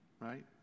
right